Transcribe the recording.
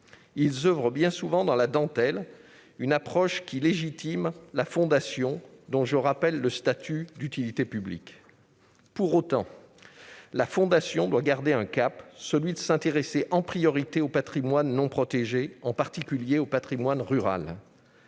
Ils font bien souvent dans la dentelle, une approche qui légitime la Fondation, dont je rappelle le statut d'utilité publique. Pour autant, la Fondation doit garder un cap : il s'agit de s'intéresser en priorité au patrimoine non protégé, en particulier au patrimoine rural.